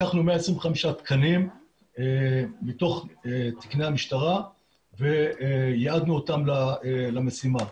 לקחנו 125 תקנים מתוך תקני המשטרה וייעדנו אותם למשימה.